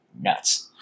nuts